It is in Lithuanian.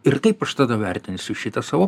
ir taip aš tada vertinsiu šitą savo